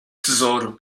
tesouro